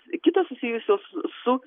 kitos susijusios su